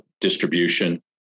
distribution